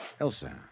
Elsa